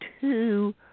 two